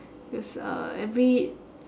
is a every